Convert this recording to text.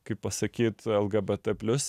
kaip pasakyt lgbt plius